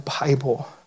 Bible